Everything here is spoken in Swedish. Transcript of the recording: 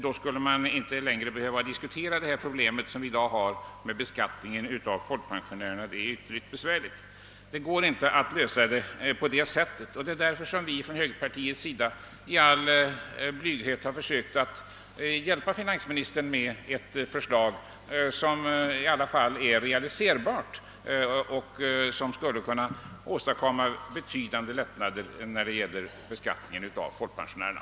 Då skulle man inte längre behöva diskutera en beskattning av folkpensionärerna. Det är ett ytterligt besvärligt problem. Det går inte att lösa problemet på detta sätt. Det är därför som högerpartiet i all blygsamhet har försökt att hjälpa finansministern med ett förslag, som i alla fall är realiserbart och som skulle kunna åstadkomma betydande lättnader när det gäller beskattningen av folkpensionärerna.